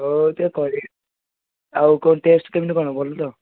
ହଉ ହଉ ଟିକେ ଆଉ କଣ ଟେଷ୍ଟ କେମିତି କଣ ଭଲ ତ